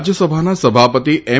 રાજ્યસભાના સભાપતિ એમ